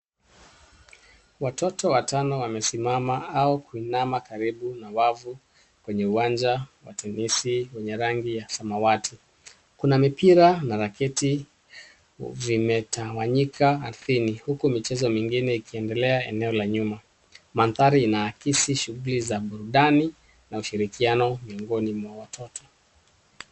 Watoto watano wamesimama au kuinama karibu na wavu kwenye uwanja wa tenisi wenye rangi ya samawati, kuna mipira na racket vimetawanyika aridhini huku michezo mingine ikiendelea eneo la nyuma. Maandari inaakizi shughuli za burudani na ushirikiano miongoni mwa watoto.